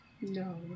No